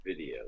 videos